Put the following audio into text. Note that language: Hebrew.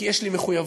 כי יש לי מחויבות,